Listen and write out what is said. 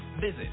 Visit